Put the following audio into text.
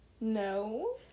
No